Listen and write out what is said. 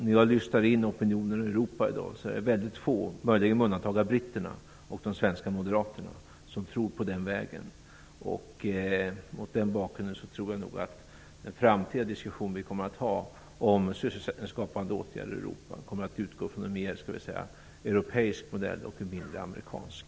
När jag lyssnar in opinionen i Europa i dag är det väldigt få, möjligen med undantag av britterna och de svenska moderaterna, som tror på den vägen. Mot den bakgrunden tror jag nog att den framtida diskussion vi kommer att ha om sysselsättningsskapande åtgärder i Europa kommer att utgå från en mer europeisk modell och mindre en amerikansk.